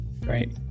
great